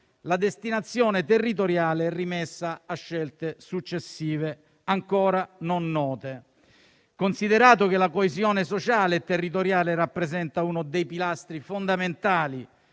la destinazione territoriale sarebbe rimessa a scelte successive ancora non note. Considerato che la coesione sociale e territoriale rappresenta uno dei pilastri fondamentali